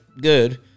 good